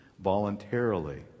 voluntarily